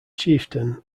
chieftain